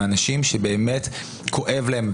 מאנשים שבאמת כואב להם,